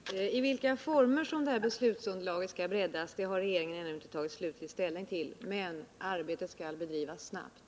Herr talman! I vilka former detta beslutsunderlag skall breddas har regeringen ännu inte tagit slutlig ställning till, men arbetet skall bedrivas snabbt.